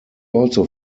also